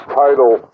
title